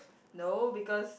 no because